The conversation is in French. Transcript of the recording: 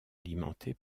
alimentée